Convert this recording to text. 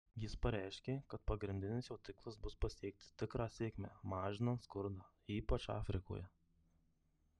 jis pareiškė kad pagrindinis jo tikslas bus pasiekti tikrą sėkmę mažinant skurdą ypač afrikoje